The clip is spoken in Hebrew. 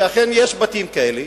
שאכן יש בתים כאלה,